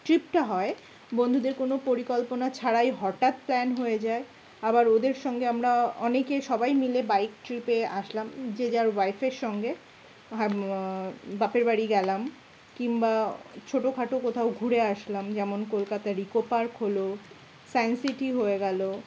ট্রিপটা হয় বন্ধুদের কোনো পরিকল্পনা ছাড়াই হঠাৎ প্ল্যান হয়ে যায় আবার ওদের সঙ্গে আমরা অনেকে সবাই মিলে বাইক ট্রিপে আসলাম যে যার ওয়াইফের সঙ্গে বাপের বাড়ি গেলাম কিংবা ছোটোখাটো কোথাও ঘুরে আসলাম যেমন কলকাতার ইকো পার্ক হলো সায়েন্স সিটি হয়ে গেলো